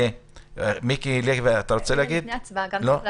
מיקי לוי, אתה רוצה להגיד משהו?